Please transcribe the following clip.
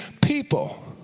people